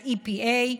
ה-EPA,